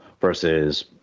versus